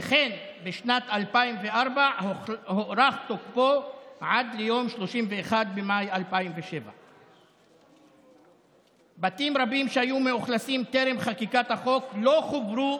וכן בשנת 2004 הוארך תוקפו עד ליום 31 במאי 2007. בתים רבים שהיו מאוכלסים טרם חקיקת החוק לא חוברו